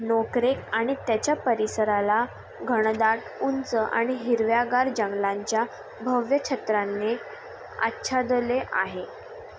नोकरेक आणि त्याच्या परिसराला घनदाट उंच आणि हिरव्यागार जंगलांच्या भव्य छत्रांनी आच्छादले आहे